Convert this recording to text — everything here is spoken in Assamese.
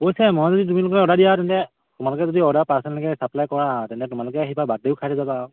কৈছে মই যদি তোমালোকে অৰ্ডাৰ দিয়া তেন্তে তোমালোকে যদি অৰ্ডাৰ পাৰ্চেল এনেকৈ চাপ্লাই কৰা তেন্তে তোমালোকেই আহিবা বাৰ্থডেও খাই থৈ যাবা আৰু